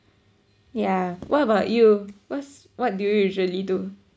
yeah what about you what's what do you usually do